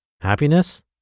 Happiness